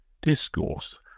discourse